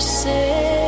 say